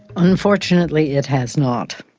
unfortunately it has not.